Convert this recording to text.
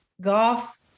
golf